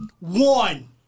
One